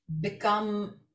become